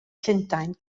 llundain